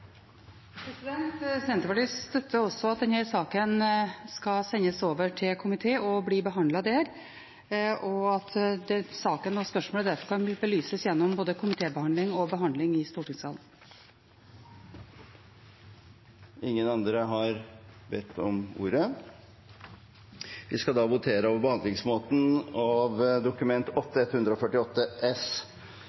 Senterpartiet støtter også at denne saken skal sendes til komité og bli behandlet der, og at saken kan belyses gjennom komitébehandling og behandling i Stortinget. Flere har ikke bedt om ordet. Vi skal da votere over behandlingsmåten av Dokument